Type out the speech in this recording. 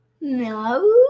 No